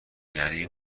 یعنی